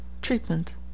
TREATMENT